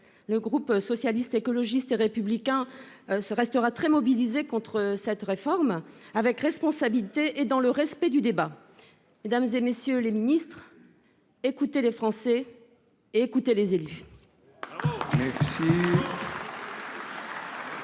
Le groupe Socialiste, Écologiste et Républicain restera très mobilisé contre cette réforme, avec responsabilité et dans le respect du débat. Mesdames, messieurs les ministres, écoutez les Français et écoutez les élus.